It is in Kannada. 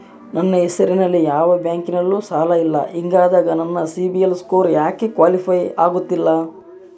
ನನ್ನ ಹೆಸರಲ್ಲಿ ಯಾವ ಬ್ಯಾಂಕಿನಲ್ಲೂ ಸಾಲ ಇಲ್ಲ ಹಿಂಗಿದ್ದಾಗ ನನ್ನ ಸಿಬಿಲ್ ಸ್ಕೋರ್ ಯಾಕೆ ಕ್ವಾಲಿಫೈ ಆಗುತ್ತಿಲ್ಲ?